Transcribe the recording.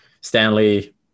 stanley